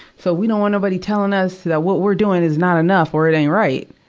so, we don't want anybody telling us that what we're doing is not enough or it ain't right.